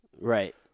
Right